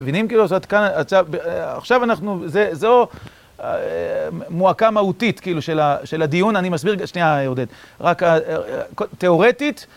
מבינים כאילו, עכשיו אנחנו, זו מועקה מהותית כאילו של הדיון, אני מסביר, שנייה עודד, רק תאורטית.